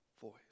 voice